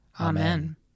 Amen